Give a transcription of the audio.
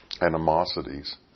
animosities